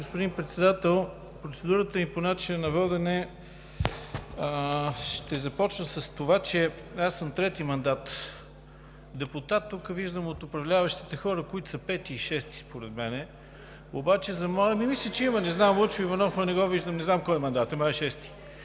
господин Председател, процедурата ми е по начина на водене. Ще започна с това, че аз съм трети мандат депутат. Тук виждам от управляващите хора, които са пети и шести според мен. (Смях, оживление в ГЕРБ.) Мисля, че има, не знам. Лъчо Иванов не го виждам, не знам кой мандат е, май шести,